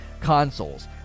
consoles